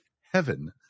heaven